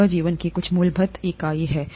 यह जीवन की कुछ मूलभूत इकाई है